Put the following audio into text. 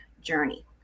journey